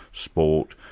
sport,